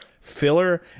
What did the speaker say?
filler